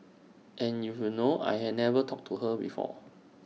and you will know I had never talked to her before